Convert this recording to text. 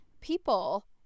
people